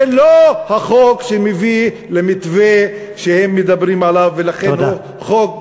זה לא החוק שמביא למתווה שהם מדברים עליו, תודה.